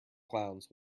clowns